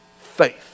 faith